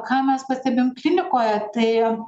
ką mes pastebim klinikoje tai